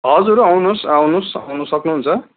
हजुर आउनुहोस् आउनुहोस् आउनु सक्नुहुन्छ